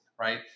right